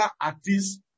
artists